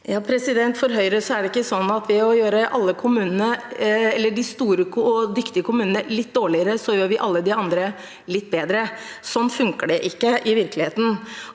For Høyre er det ikke sånn at vi ved å gjøre de store og dyktige kommunene litt dårligere gjør alle de andre litt bedre. Sånn funker det ikke i virkeligheten.